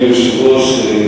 אדוני היושב-ראש,